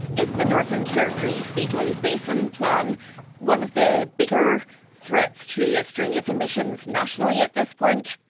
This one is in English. is the northern territory's beetaloo basin plan one of the bigger threats to yeah australia's emissions nationally at this point?